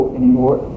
anymore